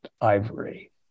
ivory